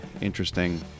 interesting